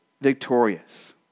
victorious